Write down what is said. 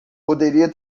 poderia